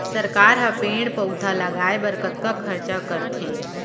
सरकार ह पेड़ पउधा लगाय बर कतका खरचा करथे